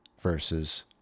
Versus